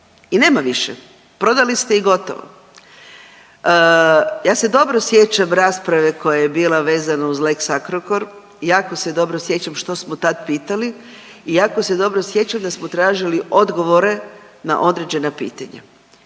i nema više, prodali ste i gotovo. Ja se dobro sjećam rasprave koja je bila vezano uz lex Agrokor, jako se dobro sjećam što smo tad pitali i jako se dobro sjećam da smo tražili odgovore na određena pitanja.